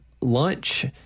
Lunch